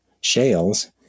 shales